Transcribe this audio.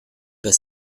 pas